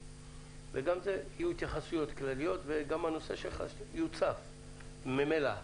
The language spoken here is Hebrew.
יהיו התייחסות כלליות וגם הנושא שלך יוצף ממילא.